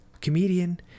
comedian